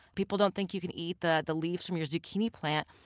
people don't think you can eat the the leaves from your zucchini plant.